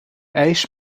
ijs